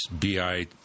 BI